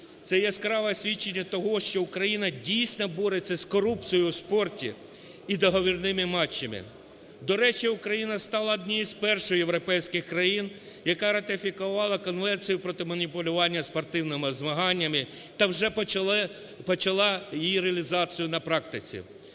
– яскраве свідчення того, що Україна дійсно бореться з корупцією у спорті і договірними матчами. До речі, Україна стала однією з перших європейських країн, яка ратифікувала Конвенцію проти маніпулювання спортивними змаганнями та вже почала її реалізацію на практиці.